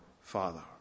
Father